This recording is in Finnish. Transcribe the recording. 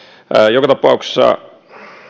joka tapauksessa